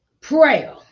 prayer